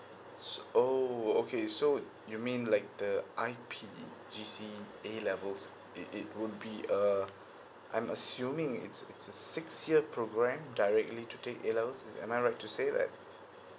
so oh okay so you mean like the I_P G_C_E A levels it it will be uh I'm assuming it's it's a six year program directly to take A levels is it am I right to say that